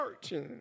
church